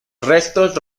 restos